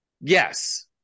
yes